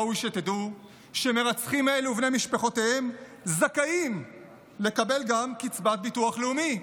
ראוי שתדעו שמרצחים אלה ובני משפחותיהם זכאים לקבל גם קצבת ביטוח לאומי.